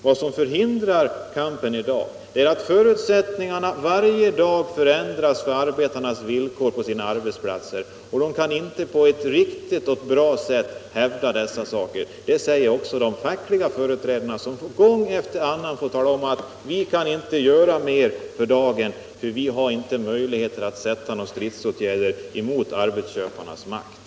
Vad som förhindrar kampen i dag är att arbetarnas villkor på arbetsplatsen varje dag förändras, och de kan inte på ett riktigt och bra sätt hävda sina intressen. Det säger också de fackliga företrädarna som gång efter annan får tala om: Vi kan inte göra mer för dagen, vi har inte möjlighet att sätta några stridsåtgärder mot arbetsköparnas makt.